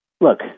look